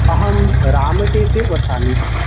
अहं रामटेके वासामि